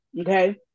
okay